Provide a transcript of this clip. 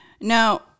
Now